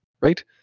right